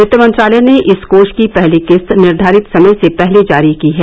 वित्त मंत्रालय ने इस कोष की पहली किस्त निर्धारित समय से पहले जारी की है